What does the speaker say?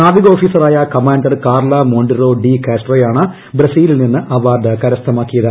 നാവിക ഓഫീസറായ commander Carla Monteiro de കാസ്ട്രോയാണ് ബ്രസിലിൽ നിന്ന് അവാർഡ് കരസ്ഥമാക്കിയത്